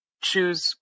choose